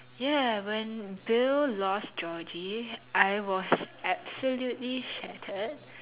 ya when Bill lost Georgie I was absolutely shattered